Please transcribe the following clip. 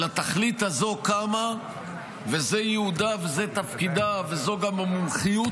שלתכלית הזו קמה וזה ייעודה וזה תפקידה וזו גם המומחיות